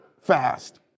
fast